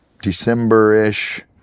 December-ish